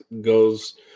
goes